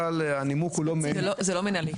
זה לא מינהלי.